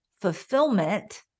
fulfillment